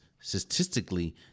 statistically